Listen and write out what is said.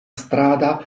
strada